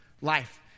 life